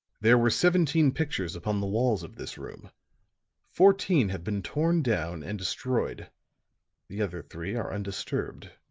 there were seventeen pictures upon the walls of this room fourteen have been torn down and destroyed the other three are undisturbed.